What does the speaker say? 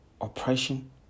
oppression